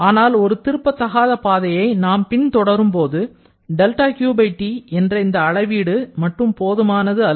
ஆனால் ஒரு திருப்பத்தகாத பாதையை நாம் பின் தொடரும் போது 'δQT' என்ற இந்த அளவீடு மட்டும் போதுமானது அல்ல